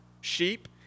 sheep